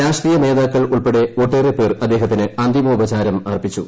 രാഷ്ട്രീയനേതാക്കൾ ഉൾപ്പെടെ ഒട്ടേറെ പേർ അദ്ദേഹത്തിന് അന്തിമോപചാരം അർപ്പിച്ചു